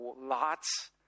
Lots